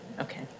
Okay